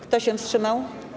Kto się wstrzymał?